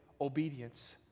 obedience